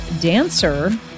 dancer